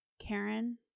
Karen